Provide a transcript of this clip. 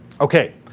Okay